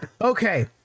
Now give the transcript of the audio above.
Okay